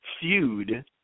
feud